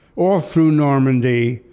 all through normandy,